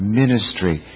ministry